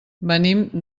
venim